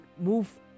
move